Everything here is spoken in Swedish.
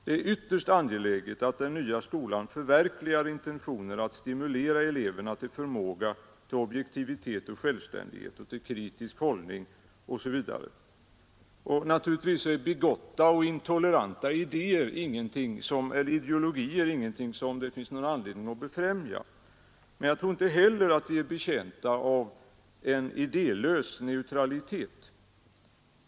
Det är ytterst angeläget att den nya skolan förverkligar intentionen att stimulera eleverna till förmåga till objektivitet och självständighet, till kritisk hållning, osv. Naturligtvis finns det ingen anledning att befrämja bigotta och intoleranta ideologier, men vi är inte heller betjänta av en idélös neutralitet.